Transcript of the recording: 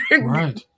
right